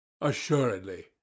assuredly